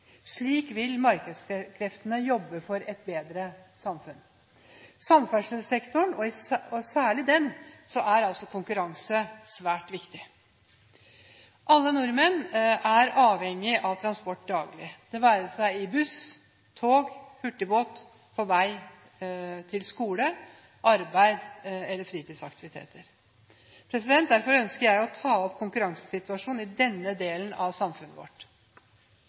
Slik vil markedskreftene jobbe for et bedre samfunn. I samferdselssektoren – og særlig i den – er altså konkurranse svært viktig. Alle nordmenn er avhengig av transport daglig – det være seg i buss, tog eller hurtigbåt, på vei til skole, arbeid eller fritidsaktiviteter. Derfor ønsker jeg å ta opp konkurransesituasjonen i denne delen av samfunnet vårt.